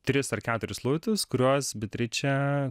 tris ar keturis luitus kuriuos beatričė